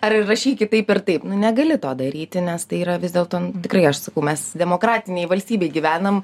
ar rašykit taip ir taip negali to daryti nes tai yra vis dėlto nu tikrai aš sakau mes demokratinėj valstybėj gyvenam